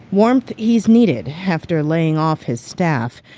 warmth he's needed after laying off his staff.